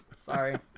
Sorry